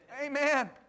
Amen